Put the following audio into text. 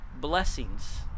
blessings